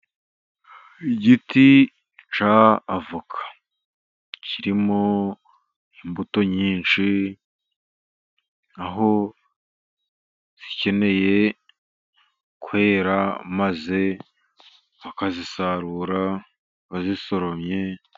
Igiti cya avoka, kirimo imbuto nyinshi, aho zikeneye kwera maze bakazisarura, bazisoromye.